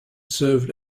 served